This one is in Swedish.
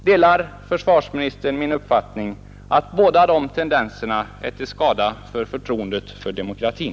Delar försvarsministern min uppfattning att båda dessa tendenser skadar förtroendet för demokratin?